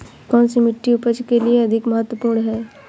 कौन सी मिट्टी उपज के लिए अधिक महत्वपूर्ण है?